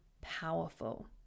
powerful